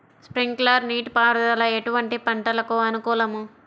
Sprinkler నీటిపారుదల ఎటువంటి పంటలకు అనుకూలము?